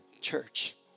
church